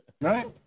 Right